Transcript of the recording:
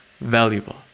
valuable